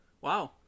Wow